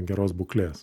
geros būklės